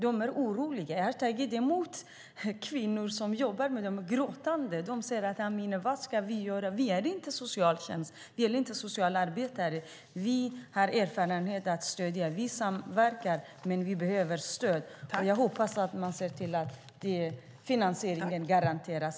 De är oroliga. Jag har tagit emot gråtande kvinnor som jobbar med detta. De säger: Vad ska vi göra, Amine? Vi är inte socialtjänst och heller inte socialarbetare. Vi har erfarenhet av att stödja och vi samverkar, men vi behöver stöd. Jag hoppas att man ser till att finansieringen garanteras.